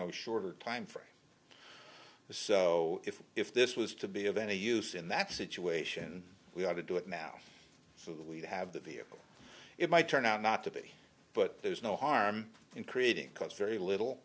know shorter time for the so if if this was to be of any use in that situation we had to do it now so that we'd have the vehicle it might turn out not to be but there's no harm in creating cost very little